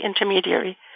intermediary